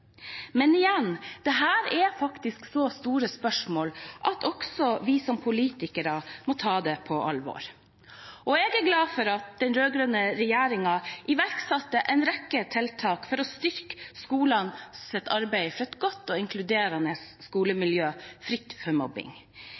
Men igjen: Dette er så store spørsmål at også vi som politikere må ta det på alvor. Jeg er glad for at den rød-grønne regjeringen iverksatte en rekke tiltak for å styrke skolenes arbeid for et godt og inkluderende skolemiljø, fritt for mobbing.